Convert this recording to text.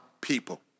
people